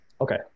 Okay